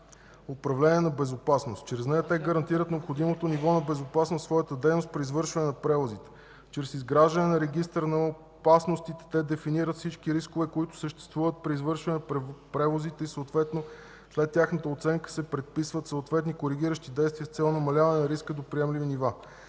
управление на безопасност. Чрез нея те гарантират необходимото ниво на безопасност в своята дейност при извършване на превозите. Чрез изграждане на регистъра на опасностите те дефинират всички рискове, които съществуват при извършване на превозите и съответно след тяхната оценка се предписват съответни коригиращи действия, с цел намаляване риска до приемливи нива.